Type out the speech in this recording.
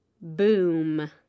Boom